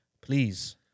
please